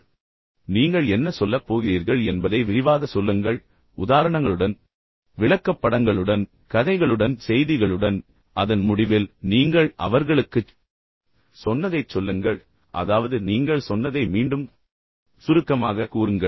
பின்னர் நீங்கள் என்ன சொல்லப் போகிறீர்கள் என்பதை விரிவாக சொல்லுங்கள் உதாரணங்களுடன் விளக்கப்படங்களுடன் கதைகளுடன் செய்திகளுடன் அதன் முடிவில் நீங்கள் அவர்களுக்குச் சொன்னதைச் சொல்லுங்கள் அதாவது நீங்கள் சொன்னதை மீண்டும் சுருக்கமாகக் கூறுங்கள்